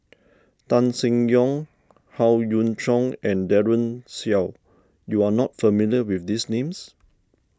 Tan Seng Yong Howe Yoon Chong and Daren Shiau you are not familiar with these names